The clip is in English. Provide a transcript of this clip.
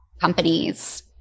companies